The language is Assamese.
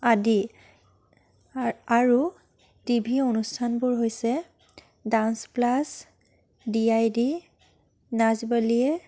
আদি আৰ আৰু টি ভি অনুষ্ঠানবোৰ হৈছে dance plus D I D নাচ বলিয়ে